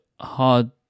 hard